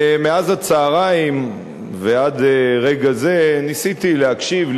ומאז הצהריים ועד רגע זה ניסיתי להקשיב,